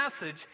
message